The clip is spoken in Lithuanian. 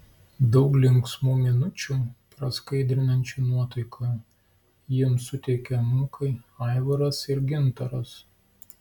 daug linksmų minučių praskaidrinančių nuotaiką jiems suteikia anūkai aivaras ir gintaras